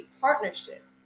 partnership